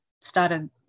started